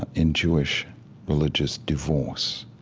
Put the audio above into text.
and in jewish religious divorce.